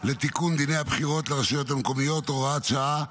לתיקון דיני הבחירות לרשויות המקומיות (הוראת שעה),